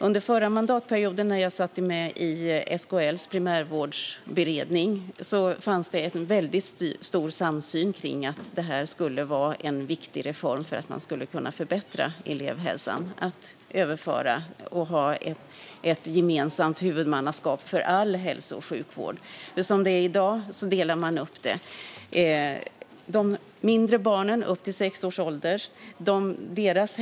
Under den förra mandatperioden, när jag satt med i SKL:s primärvårdsberedning, fanns det en väldigt stor samsyn kring att detta - att överföra huvudmannaskapet och ha ett gemensamt huvudmannaskap för all hälso och sjukvård - skulle vara en viktig reform för att kunna förbättra elevhälsan. I dag är det uppdelat.